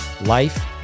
Life